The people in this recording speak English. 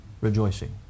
rejoicing